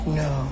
no